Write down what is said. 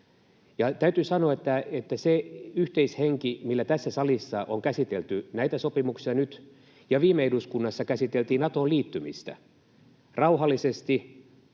täytyy sanoa, että se yhteishenki, millä tässä salissa on käsitelty näitä sopimuksia nyt ja viime eduskunnassa Natoon liittymistä käsiteltiin